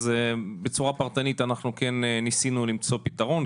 אז בצורה פרטנית אנחנו כן ניסינו למצוא פתרון,